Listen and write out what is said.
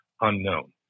unknown